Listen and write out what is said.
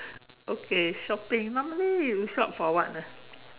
okay shopping normally you shop for what ah